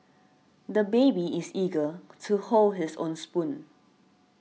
the baby is eager to hold his own spoon